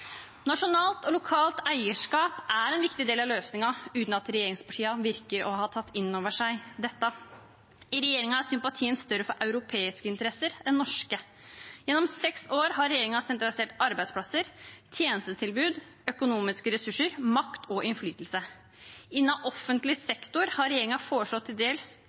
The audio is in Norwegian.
Nasjonalt og lokalt eierskap er en viktig del av løsningen, uten at regjeringspartiene ser ut til å ha tatt innover seg dette. I regjeringen er sympatien større for europeiske interesser enn norske. Gjennom seks år har regjeringen sentralisert arbeidsplasser, tjenestetilbud, økonomiske ressurser, makt og innflytelse. Innen offentlig sektor har regjeringen til dels